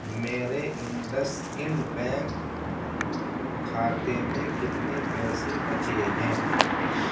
میرے انڈسانڈ بینک کھاتے میں کتنے پیسے بچے ہیں